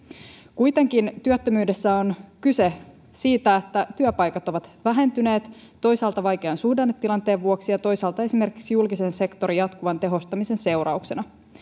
kuitenkin työttömyydessä on kyse siitä että työpaikat ovat vähentyneet toisaalta vaikean suhdannetilanteen vuoksi ja toisaalta esimerkiksi julkisen sektorin jatkuvan tehostamisen seurauksena